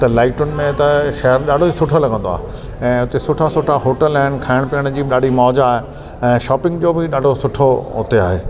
त लाइटुनि में त शहर ॾाढो सुठो लॻंदो आहे ऐं उते सुठा सुठा होटल आहिनि खाइण पीअण जी बि ॾाढी मौज़ आहे ऐं शॉपिंग जो बि ॾाढो सुठो उते आहे